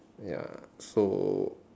ya so